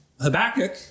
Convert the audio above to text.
Habakkuk